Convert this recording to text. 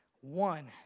One